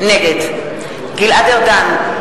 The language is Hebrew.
נגד גלעד ארדן,